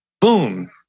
Boom